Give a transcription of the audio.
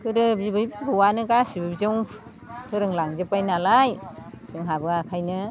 गोदो बिबै बिबौआनो गासिबो बिदियावनो फोरोंलांजोबबाय नालाय जोंहाबो ओंखायनो